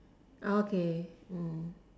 okay